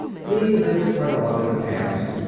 he lived quite a lot in the past.